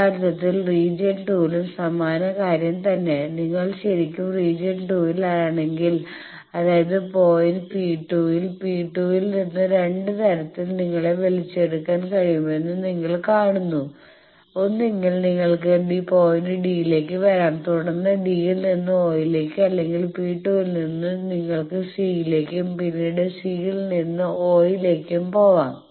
യഥാർത്ഥത്തിൽ റീജിയൻ 2 ലും സമാന കാര്യതന്നെ നിങ്ങൾ ശെരിക്കും റീജിയൻ 2 ൽ ആണെങ്കിൽ അതായത് പോയിന്റ് P2 ൽ P2 ൽ നിന്ന് 2 തരത്തിൽ നിങ്ങളെ വലിച്ചെടുക്കാൻ കഴിയുമെന്ന് നിങ്ങൾ കാണുന്നു ഒന്നുകിൽ നിങ്ങൾക്ക് പോയിന്റ് D ലേക്ക് വരാം തുടർന്ന് D യിൽ നിന്ന് O ലേക്ക് അല്ലെങ്കിൽ P2 ൽ നിന്ന് നിങ്ങൾക്ക് C യിലേക്കും പിന്നീട് C നിന്ന് O യിലേക്കും പോവാം